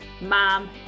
mom